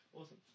awesome